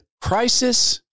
crisis